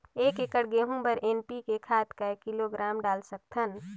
एक एकड़ गहूं बर एन.पी.के खाद काय किलोग्राम डाल सकथन?